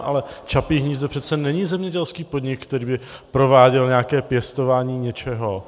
Ale Čapí hnízdo přece není zemědělský podnik, který by prováděl nějaké pěstování něčeho.